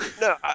No